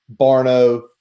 Barno